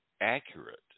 accurate